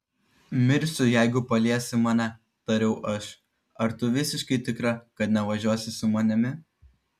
mirsiu jeigu paliesi mane tariau aš ar tu visiškai tikra kad nevažiuosi su manimi